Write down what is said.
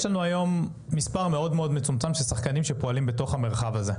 היום יש מספר מאוד מצומצם של שחקנים שפועלים במרחב הזה,